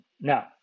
Now